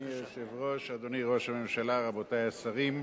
אדוני היושב-ראש, אדוני ראש הממשלה, רבותי השרים,